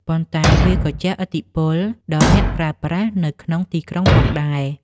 ប៉ុន្តែវាក៏ជះឥទ្ធិពលដល់អ្នកប្រើប្រាស់នៅក្នុងទីក្រុងផងដែរ។